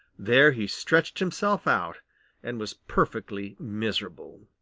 there he stretched himself out and was perfectly miserable.